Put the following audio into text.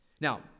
Now